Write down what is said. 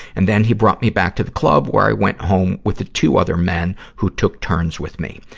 and then he brought me back to the club, where i went home with the two other men, who took turns with me.